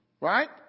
Right